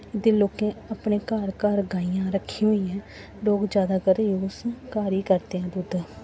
इत्थें लोकें अपने घर घर गाइयां रक्खी दियां न लोक जादातर य़ूस घर ई करदे न दुद्ध